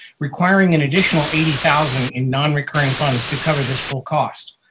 requiring an additional eighty thousand in non-recurring funds to cover this full cost.